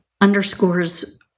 Underscores